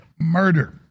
murder